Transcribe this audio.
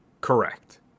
Correct